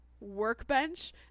workbench